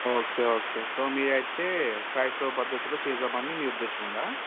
okay okay so మీ అయితే క్రైస్తవ పద్ధతిలో చేద్దామని మీ ఉద్దేశం ఉందా